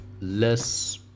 Less